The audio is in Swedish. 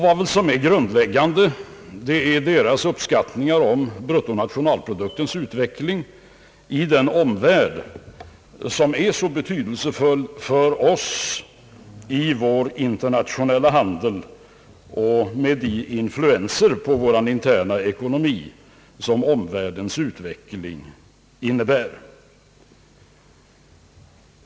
Vad som är grundläggande är institutets uppskattningar om = bruttonationalproduktens utveckling i den omvärld som är så betydelsefull för oss med vår internationella handel och de influenser på vår interna ekonomi som omvärldens utveckling innebär.